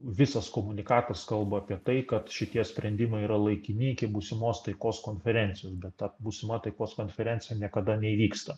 visas komunikatas kalba apie tai kad šitie sprendimai yra laikini iki būsimos taikos konferencijos bet ta būsima taikos konferencija niekada neįvyksta